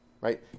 Right